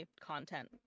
content